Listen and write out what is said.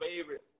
favorite